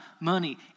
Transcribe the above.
money